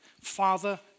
Father